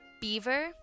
Beaver